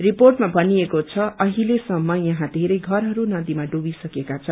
रिपोर्टमा भनिएको छ अहिलेसम्म यहाँ धेरै घरहरू नदीमा डुबसकेका छन्